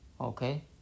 okay